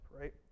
right